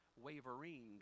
wavering